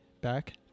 back